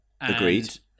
Agreed